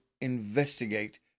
investigate